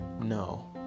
No